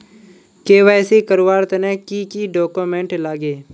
KYC करवार तने की की डॉक्यूमेंट लागे?